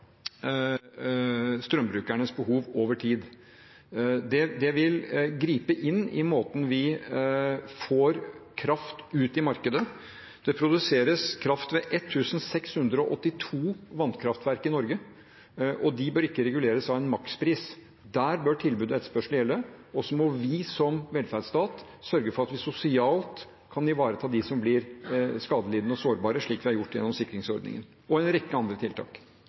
strømbrukernes behov over tid. Det vil gripe inn i måten vi får kraft ut i markedet på. Det produseres kraft ved 1 682 vannkraftverk i Norge, og de bør ikke reguleres av en makspris. Der bør tilbud og etterspørsel gjelde, og så må vi som velferdsstat sørge for at vi sosialt kan ivareta dem som blir skadelidende og sårbare, slik vi har gjort gjennom sikringsordninger og en rekke andre tiltak.